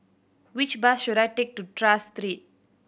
which bus should I take to Tras Street